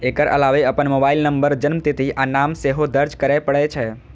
एकर अलावे अपन mobile number, जन्मतिथि आ नाम सेहो दर्ज करय पड़ै छै